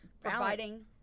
providing